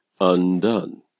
undone